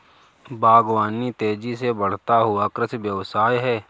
बागवानी तेज़ी से बढ़ता हुआ कृषि व्यवसाय है